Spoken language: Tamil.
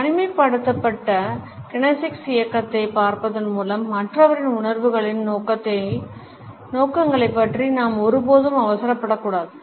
தனிமைப்படுத்தப்பட்ட கினெசிக்ஸ் இயக்கத்தைப் பார்ப்பதன் மூலம் மற்றவரின் உணர்வுகளின் நோக்கங்களைப் பற்றி நாம் ஒருபோதும் அவசரப்படக்கூடாது